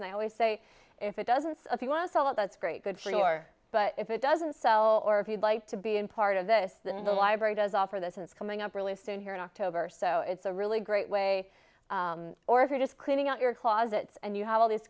and i always say if it doesn't if you want to sell it that's great good for your but if it doesn't sell or if you'd like to be in part of this the library does offer this it's coming up really soon here in october so it's a really great way or if you're just cleaning out your closets and you have all these